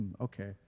okay